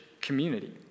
community